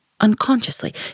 Unconsciously